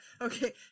Okay